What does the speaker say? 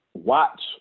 watch